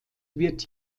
wird